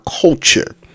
culture